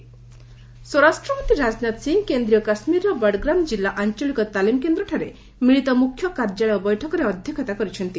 ହୋମ minister Srinagar ସ୍ୱରାଷ୍ଟ୍ରମନ୍ତ୍ରୀ ରାଜନାଥ ସିଂ କେନ୍ଦ୍ରୀୟ କାଶ୍ମୀରର ବଡଗ୍ରାମ ଜିଲ୍ଲାରେ ଆଞ୍ଚଳିକ ତାଲିମ କେନ୍ଦ୍ରଠାରେ ମିଳିତ ମୁଖ୍ୟ କାର୍ଯ୍ୟାଳୟ ବୈଠକରେ ଅଧ୍ୟକ୍ଷତା କରିଛନ୍ତି